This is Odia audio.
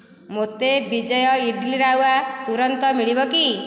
ମୋତେ ବିଜୟ ଇଡ୍ଲି ରାୱା ତୁରନ୍ତ ମିଳିବ କି